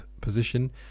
position